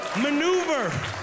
Maneuver